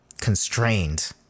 constrained